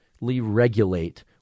regulate